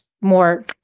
more